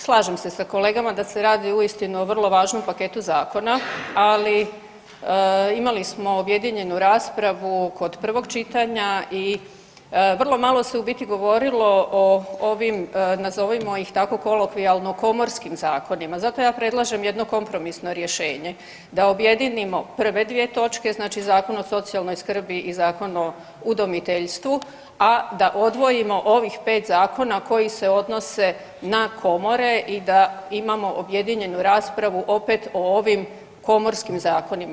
Slažem se sa kolegama da se radi uistinu o vrlo važnom paketu zakona, ali imali smo objedinjenu raspravu kod prvog čitanja i vrlo malo se u biti govorilo o ovim nazovimo ih tako kolokvijalno komorskim zakonima, zato ja predlažem jedno kompromisno rješenje da objedinimo prve dvije točke, znači Zakon o socijalnoj skrbi i Zakon o udomiteljstvu, a da odvojimo ovih 5 zakona koji se odnose na komore i da imamo objedinjenu raspravu opet o ovim komorskim zakonima.